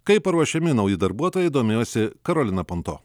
kaip paruošiami nauji darbuotojai domėjosi karolina panto